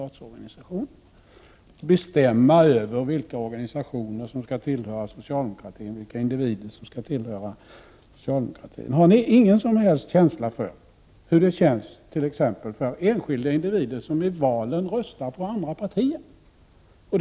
1988/89:20 statsorganisationer och bestämma över vilka organisationer och individer 9 november 1988 som skall tillhöra socialdemokratin? Har ni ingen som helst känsla för hurdet. — Jo Ömluandmminor känns t.ex. för enskilda individer som vid valen röstar på andra partier?